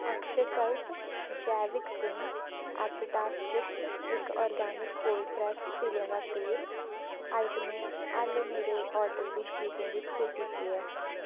अक्षयकल्प जैविक देहीं एपिटास चिप्स इक आर्गेनिक कोल्ड प्रैस्सड तिलें दा तेल आइटमें आह्ले मेरे आर्डर दी चीजें दी स्थिति केह् ऐ